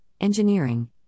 Engineering